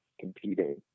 competing